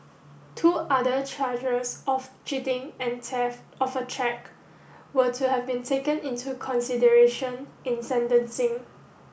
two other charges of cheating and theft of a cheque were to have been taken into consideration in sentencing